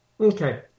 Okay